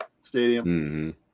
stadium